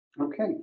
Okay